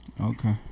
Okay